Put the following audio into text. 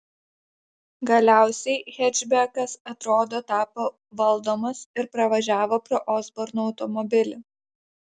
galiausiai hečbekas atrodo tapo valdomas ir pravažiavo pro osborno automobilį